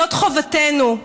זאת חובתנו.